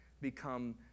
become